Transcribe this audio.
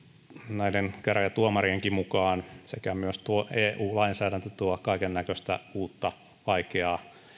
näiden käräjätuomarienkin mukaan ja myös tuo eu lainsäädäntö tuo kaikennäköistä uutta ja vaikeaa